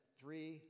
three